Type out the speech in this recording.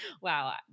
wow